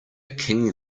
king